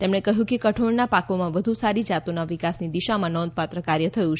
તેમણે કહ્યું કે કઠોળના પાકોમાં વધુ સારી જાતોના વિકાસની દિશામાં નોંધપાત્ર કાર્ય થયું છે